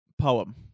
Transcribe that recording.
Poem